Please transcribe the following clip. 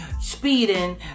speeding